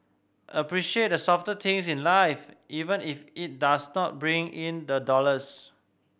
appreciate the softer things in life even if it does not bring in the dollars